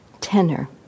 tenor